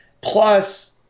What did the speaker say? Plus